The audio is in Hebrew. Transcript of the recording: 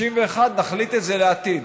61, נחליט את זה לעתיד.